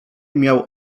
miał